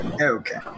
Okay